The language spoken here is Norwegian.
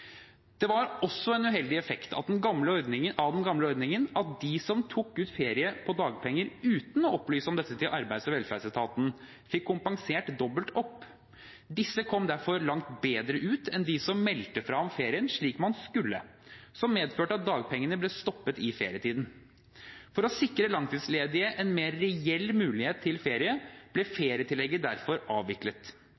Det var også en uheldig effekt av den gamle ordningen at de som tok ut ferie på dagpenger uten å opplyse om dette til arbeids- og velferdsetaten, fikk kompensert dobbelt opp. Disse kom derfor langt bedre ut enn de som meldte fra om ferien slik man skulle, som medførte at dagpengene ble stoppet i ferietiden. For å sikre langtidsledige en mer reell mulighet til ferie, ble